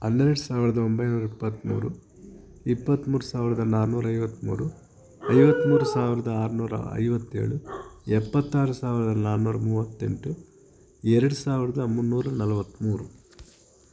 ಹನ್ನೆರಡು ಸಾವಿರದ ಒಂಬೈನೂರ ಇಪ್ಪತ್ಮೂರು ಇಪ್ಪತ್ಮೂರು ಸಾವಿರದ ನಾನೂರ ಐವತ್ಮೂರು ಐವತ್ಮೂರು ಸಾವಿರದ ಆರುನೂರ ಐವತ್ತೇಳು ಎಪ್ಪತ್ತಾರು ಸಾವಿರದ ನಾನೂರ ಮೂವತ್ತೆಂಟು ಎರಡು ಸಾವಿರದ ಮುನ್ನೂರ ನಲ್ವತ್ಮೂರು